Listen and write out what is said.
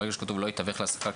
שכתוב "לא יתווך להעסקה,